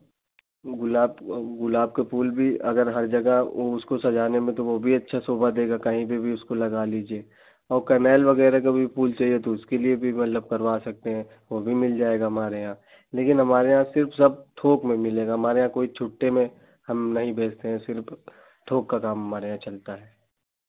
गुलाब गुलाब का फूल भी अगर हर जगह ओ उसको सजाने में तो वह भी अच्छा शोभा देगा कहीं पर भी उसको लगा लीजिए वह कनैल वगैरह का भी फूल चाहिए तो उसके लिए भी मतलब करवा सकते हैं वह भी मिल जाएगा हमारे यहाँ लेकिन यहाँ सिर्फ़ सब थोक में मिलेगा हमारे यहाँ कोई छुट्टे में हम नहीं बेचते हैं सिर्फ़ थोक का काम हमारे यहाँ चलता है